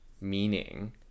meaning